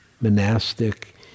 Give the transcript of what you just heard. monastic